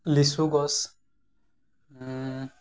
লিচু গছ